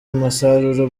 musaruro